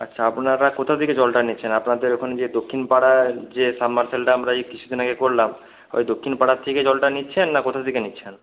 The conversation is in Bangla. আচ্ছা আপনারা কোথা থেকে জলটা নিচ্ছেন আপনাদের ওখানে যে দক্ষিণ পাড়া যে সাবমার্সিবলটা আমরা এই কিছু দিন আগে করলাম ওই দক্ষিণ পাড়ার থেকে জলটা নিচ্ছেন না কোথা থেকে নিচ্ছেন